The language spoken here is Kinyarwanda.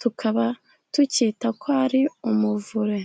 tukaba tucyita ko ari umuvure.